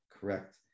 correct